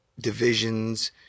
divisions